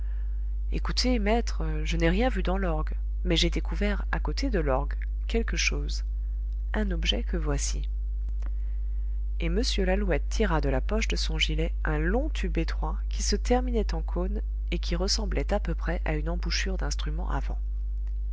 écoutez maître je n'ai rien vu dans l'orgue mais j'ai découvert à côté de l'orgue quelque chose un objet que voici et m lalouette tira de la poche de son gilet un long tube étroit qui se terminait en cône et qui ressemblait à peu près à une embouchure d'instrument